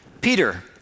Peter